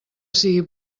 sigui